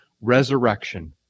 resurrection